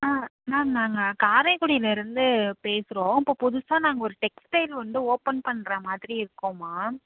ஆ ma'am நாங்கள் காரைக்குடியில் இருந்து பேசுகிறோம் இப்போ புதுசாக நாங்கள் ஒரு டெக்ஸ்டைல் வந்து ஓப்பன் பண்ணுற மாதிரி இருக்கோம் மேம்